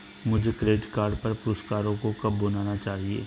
मुझे credit card पर पुरस्कारों को कब भुनाना चाहिए?